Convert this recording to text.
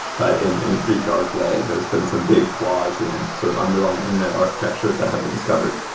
but in in a pretty dark way. there're been some big flaws in sort of underlying internet architecture that have been discovered.